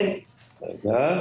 בבקשה.